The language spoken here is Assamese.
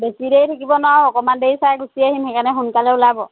বেছি দেৰি থাকিব নোৱাৰো অকণমান দেৰি চাই গুচি আহিম সেইকাৰণে সোনকালে ওলাব